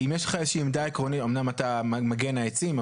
אמנם אתה מגן העצים,